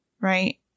Right